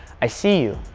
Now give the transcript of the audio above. i see you,